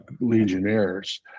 Legionnaires